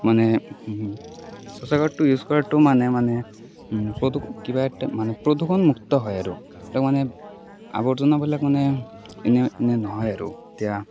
মানে শৌচাগাৰটো ইউজ কৰাটো মানে মানে প্ৰদূ কিবা একটা মানে প্ৰদূষণমুক্ত হয় আৰু এইটো মানে আৱৰ্জনাবিলাক মানে এনে নহয় আৰু এতিয়া